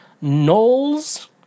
Knowles